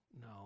no